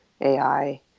AI